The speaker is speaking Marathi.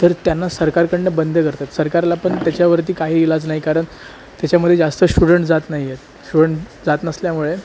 तर त्यांना सरकारकडून बंद करतात सरकारला पण त्याच्यावरती काही इलाज नाही कारण त्याच्यामध्ये जास्त श्टुडंट जात नाही आहेत श्टुडंट जात नसल्यामुळे